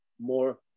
more